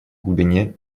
глубине